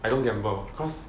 I don't gamble because